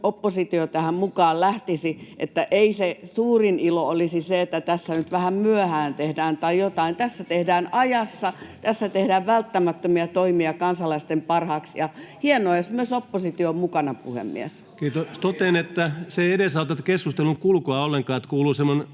oppositio tähän mukaan lähtisi, että ei se suurin ilo olisi se, että tässä nyt vähän myöhään tehdään tai jotain. Tässä tehdään ajassa, tässä tehdään välttämättömiä toimia kansalaisten parhaaksi, ja hienoa, jos myös oppositio on mukana, puhemies. [Speech 55] Speaker: Ensimmäinen varapuhemies Antti Rinne